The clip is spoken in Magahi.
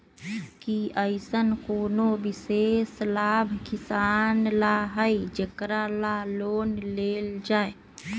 कि अईसन कोनो विशेष लाभ किसान ला हई जेकरा ला लोन लेल जाए?